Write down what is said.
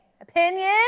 opinion